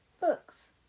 books